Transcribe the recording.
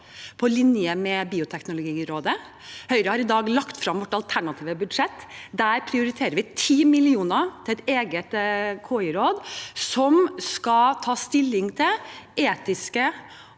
på linje med Bioteknologirådet. Høyre har i dag lagt frem vårt alternative budsjett. Der prioriterer vi 10 mill. kr til et eget KI-råd som skal ta stilling til etiske